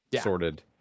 Sorted